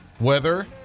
weather